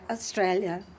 Australia